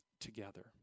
together